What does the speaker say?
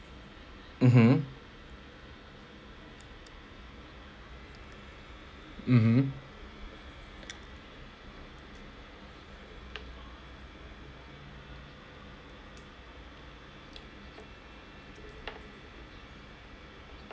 mmhmm mmhmm